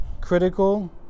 Critical